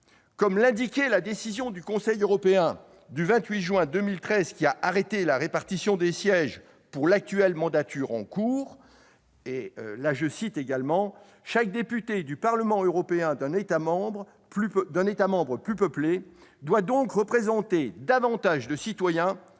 Comme l'indiquait la décision du Conseil du 28 juin 2013, qui a arrêté la répartition des sièges pour l'actuelle mandature, « chaque député du Parlement européen d'un État membre plus peuplé doit donc représenter davantage de citoyens